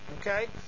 Okay